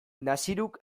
naziruk